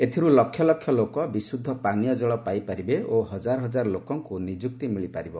ଏଥିରୁ ଲକ୍ଷଲକ୍ଷ ଲୋକ ବିଶୁଦ୍ଧ ପାନୀୟ ଜଳ ପାଇପାରିବେ ଓ ହଜାର ହଜାର ଲୋକଙ୍କୁ ନିଯୁକ୍ତି ମିଳିପାରିବ